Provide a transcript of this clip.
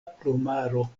plumaro